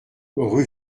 rue